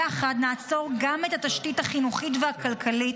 יחד נעצור גם את התשתית החינוכית והכלכלית